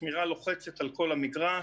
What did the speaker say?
שמירה לוחצת על כל המגרש,